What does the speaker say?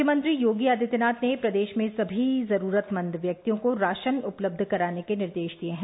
मुख्यमंत्री योगी आदित्यनाथ ने प्रदेश में सभी जरूरतमंद व्यक्तियों को राशन उपलब्ध कराने के निर्देश दिए हैं